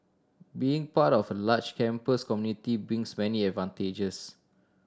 being part of a large campus community brings many advantages